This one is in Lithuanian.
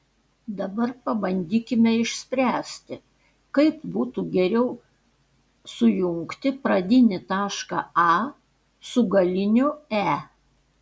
dabar pabandykime išspręsti kaip būtų geriau sujungti pradinį tašką a su galiniu e